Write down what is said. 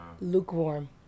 Lukewarm